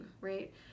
right